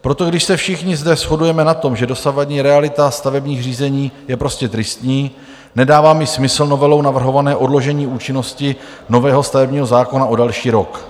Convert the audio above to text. Proto, když se všichni zde shodujeme na tom, že dosavadní realita stavebních řízení je prostě tristní, nedává mi smysl novelou navrhované odložení účinnosti nového stavebního zákona o další rok.